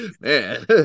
man